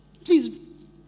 Please